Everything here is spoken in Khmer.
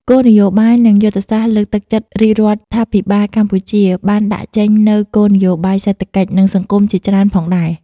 គោលនយោបាយនិងយុទ្ធសាស្រ្តលើកទឹកចិត្តរាជរដ្ឋាភិបាលកម្ពុជា បានដាក់ចេញនូវគោលនយោបាយសេដ្ឋកិច្ច និងសង្គមជាច្រើនផងដែរ។